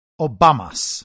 Obamas